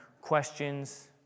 questions